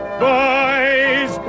boys